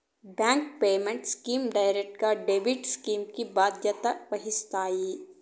bank payment schemes direct debit scheme కి బాధ్యత వహిస్తాయి